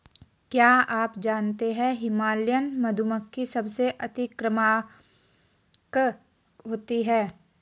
क्या आप जानते है हिमालयन मधुमक्खी सबसे अतिक्रामक होती है?